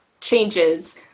changes